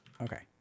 Okay